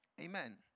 Amen